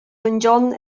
gion